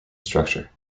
structure